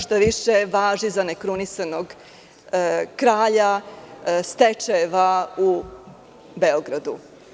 Šta više, važi za nekrunisanog kralja stečajeva u Beogradu.